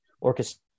orchestra